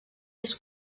vist